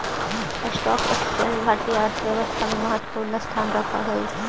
stock exchange भारतीय अर्थव्यवस्था में महत्वपूर्ण स्थान रखऽ हई